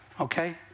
okay